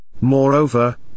Moreover